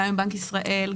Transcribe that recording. גם בנק ישראל,